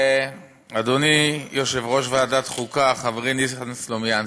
ואדוני יושב-ראש ועדת החוקה חברי ניסן סלומינסקי.